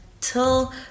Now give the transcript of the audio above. Till